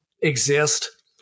exist